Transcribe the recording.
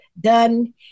done